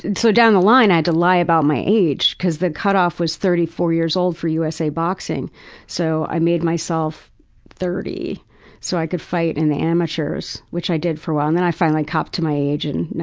and so down the line i had to lie about my age. because the cut-off was thirty four years old for usa boxing so i made myself thirty so i could fight in the amateurs, which i did for a while. and then i finally copped to my age and then,